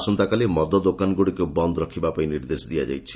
ଆସନ୍ତାକାଲି ମଦ ଦୋକାନଗୁଡ଼ିକୁ ବନ୍ଦ ରଖିବା ପାଇଁ ନିର୍ଦ୍ଦେଶ ଦିଆଯାଇଛି